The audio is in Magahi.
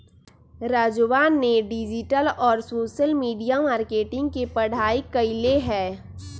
राजवा ने डिजिटल और सोशल मीडिया मार्केटिंग के पढ़ाई कईले है